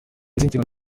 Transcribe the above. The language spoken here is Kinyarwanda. perezida